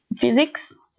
physics